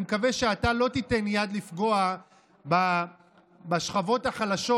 אני מקווה שאתה לא תיתן יד לפגוע בשכבות החלשות,